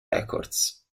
records